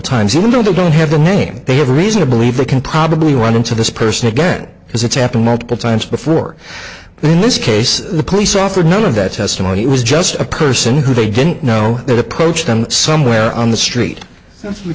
times even though they don't have a name they have reason to believe they can probably run into this person again because it's happened multiple times before but in this case the police offered none of that testimony it was just a person who they didn't know that approached them somewhere on the street and we